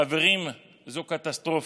חברים, זו קטסטרופה,